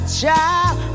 child